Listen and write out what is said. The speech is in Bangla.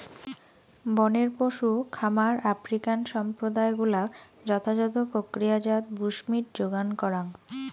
বনের পশু খামার আফ্রিকান সম্প্রদায় গুলাক যথাযথ প্রক্রিয়াজাত বুশমীট যোগান করাং